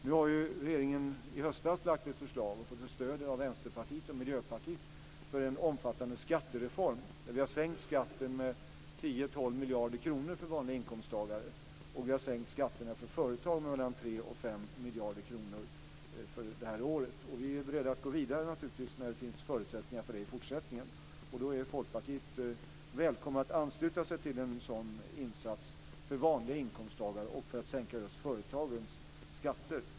I höstas lade regeringen fram ett förslag och fick stöd av Vänsterpartiet och Miljöpartiet för en omfattande skattereform där vi har sänkt skatten med 10 12 miljarder kronor för vanliga inkomsttagare. Dessutom har vi sänkt skatterna för företag med mellan 3 och 5 miljarder kronor för det här året. Vi är beredda att gå vidare när det finns förutsättningar för det. Då är Folkpartiet välkommet att ansluta sig till en sådan insats för vanliga inkomsttagare och för att sänka företagens skatter.